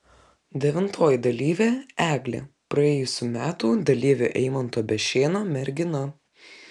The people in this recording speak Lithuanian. devintoji dalyvė eglė praėjusių metų dalyvio eimanto bešėno mergina